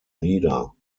nieder